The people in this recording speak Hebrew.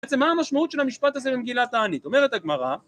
בעצם מה המשמעות של המשפט הזה במגילת תענית? אומרת הגמרא